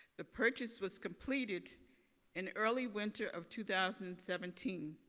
the purchase was completed in early winter of two thousand and seventeen.